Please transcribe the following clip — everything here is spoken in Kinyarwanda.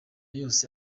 yose